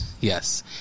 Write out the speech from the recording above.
Yes